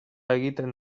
egiten